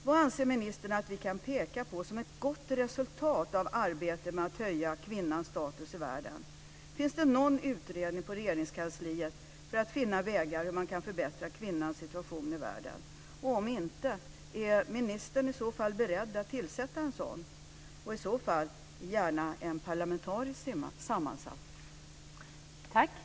Vad anser ministern att vi kan peka på som ett gott resultat av arbetet med att höja kvinnans status i världen? Finns det någon utredning på Regeringskansliet om att finna vägar för att förbättra kvinnans situation i världen? Om inte, är ministern i så fall beredd att tillsätta en sådan, gärna parlamentariskt sammansatt, utredning?